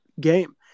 game